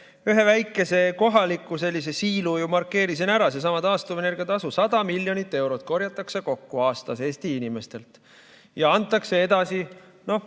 ühe väikese kohaliku sellise siilu markeerisin ära, seesama taastuvenergia tasu – 100 miljonit eurot korjatakse kokku aastas Eesti inimestelt ja antakse edasi